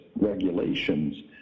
regulations